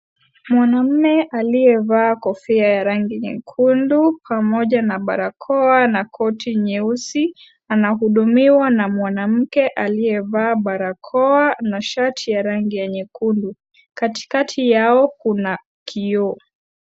Mwanaume aliyevaa kofia ya rangi nyekundu pamoja na barakoa na koti nyeusi, anahudumiwa na mwanamke aliyevaa barakoa na shati ya rangi ya nyekundu. Kati kati yao kuna kioo.